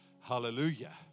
Hallelujah